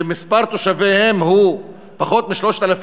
שמספר תושביהם הוא פחות מ-3,000,